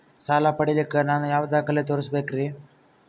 ಸಾಲ ಪಡಿಲಿಕ್ಕ ನಾನು ಯಾವ ದಾಖಲೆ ತೋರಿಸಬೇಕರಿ?